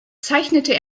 zeichnete